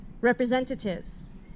representatives